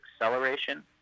acceleration